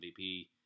MVP